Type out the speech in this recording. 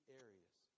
areas